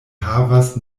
havas